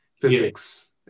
physics